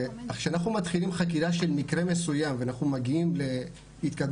כשאנחנו מתחילים חקירה של מקרה מסוים ואנחנו מגיעים להתקדמות